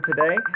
today